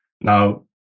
Now